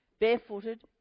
barefooted